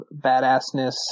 badassness